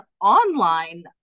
online